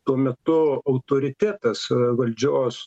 tuo metu autoritetas valdžios